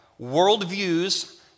Worldviews